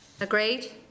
agreed